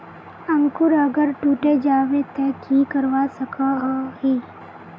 अंकूर अगर टूटे जाबे ते की करवा सकोहो ही?